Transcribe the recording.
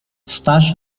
staś